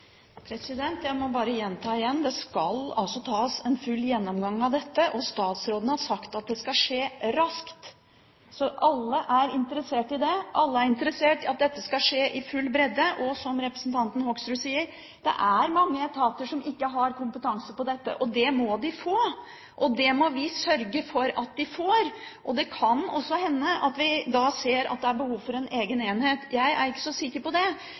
Jeg må bare gjenta: Det skal foretas en full gjennomgang av dette, og statsråden har sagt at det skal skje raskt. Alle er interessert i det, alle er interessert i at dette skal skje i full bredde. Som representanten Hoksrud sier: Det er mange etater som ikke har kompetanse på dette. Det må de få, og det må vi sørge for at de får. Det kan hende at vi da vil se at det er behov for en egen enhet. Jeg er ikke så sikker på det,